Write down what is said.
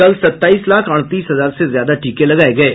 कल सत्ताईस लाख अडतीस हजार से ज्यादा टीके लगाये गये